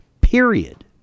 Period